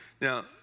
Now